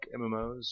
MMOs